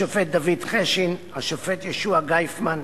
השופט דוד חשין, השופט יהושע גייפמן,